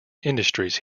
industries